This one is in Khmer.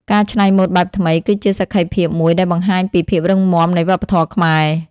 ការច្នៃម៉ូដបែបថ្មី គឺជាសក្ខីភាពមួយដែលបង្ហាញពីភាពរឹងមាំនៃវប្បធម៌ខ្មែរ។